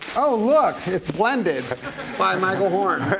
oh, look. it's blended by michael horn.